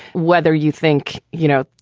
whether you think you know,